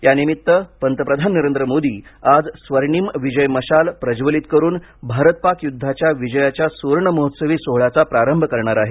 या निर्मित्त पंतप्रधान नरेंद्र मोदी आज स्वर्णिम विजय मशाल प्रज्वलित करून भारत पाक युद्धाच्या सुवर्ण महोत्सवी सोहळ्याचा प्रारंभ करणार आहेत